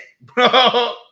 bro